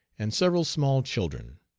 and several small children.